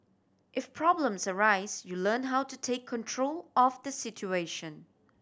if problems arise you learn how to take control of the situation